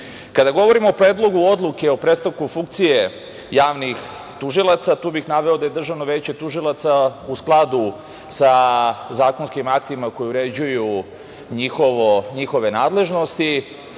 RIK.Kada govorimo o Predlogu odluke o prestanku funkcije javnih tužilaca, tu bih naveo da je Državno veće tužilaca, u skladu sa zakonskim aktima koji uređuju njihove nadležnosti,